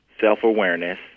self-awareness